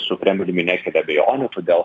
su kremliumi nekelia abejonių todėl